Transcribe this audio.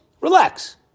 Relax